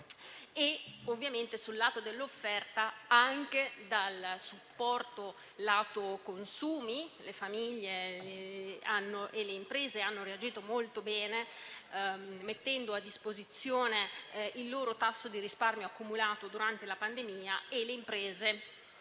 Lo dimostra altresì anche il supporto dal lato dei consumi; le famiglie e le imprese hanno reagito molto bene, mettendo a disposizione il loro tasso di risparmio accumulato durante la pandemia, e le imprese,